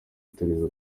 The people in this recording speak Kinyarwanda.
yitoreza